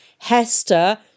Hester